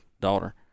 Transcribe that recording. daughter